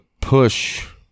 push